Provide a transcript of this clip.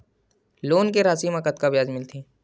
Loan के राशि मा कतका ब्याज मिलथे?